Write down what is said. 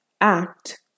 act